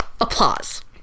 applause